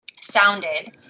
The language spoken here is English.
sounded